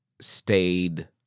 stayed